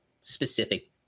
specific